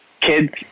Kids